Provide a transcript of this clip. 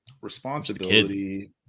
Responsibility